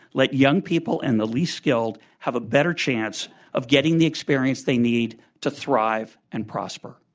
let young people and the least skilled have a better chance of getting the experience they need to thrive and prosper.